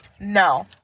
No